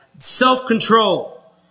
Self-control